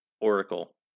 Oracle